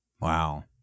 wow